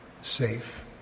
safe